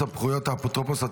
סמכויות האפוטרופוס),